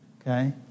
Okay